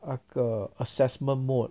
那个 assessment mode